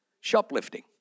Shoplifting